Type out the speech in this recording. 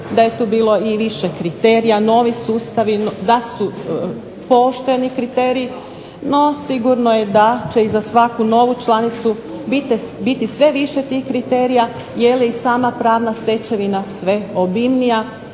da je to bilo više kriterija, novi sustavi, da su pooštreni kriteriji. No sigurno je da će za svaku novu članicu biti sve više tih kriterija jeli sama pravna stečevina sve obimnija